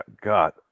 God